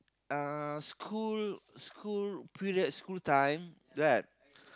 uh school school period school time that